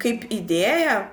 kaip idėja